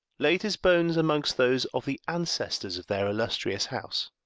laid his bones amongst those of the ancestors of their illustrious house.